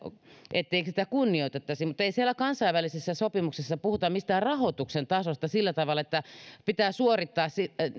etteikö sitä kunnioitettaisi mutta ei siellä kansainvälisessä sopimuksessa puhuta mistään rahoituksen tasosta sillä tavalla että pitää suorittaa